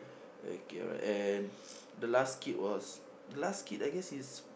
okay alright and the last kid was last kid I guess he's